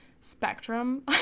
spectrum